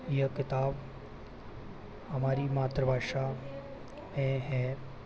यह किताब हमारी मातृभाषा में हैं